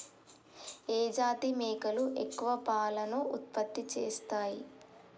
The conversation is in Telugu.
ఏ జాతి మేకలు ఎక్కువ పాలను ఉత్పత్తి చేస్తయ్?